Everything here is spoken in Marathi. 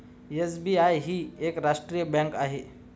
एस.बी.आय ही एक राष्ट्रीय बँक आहे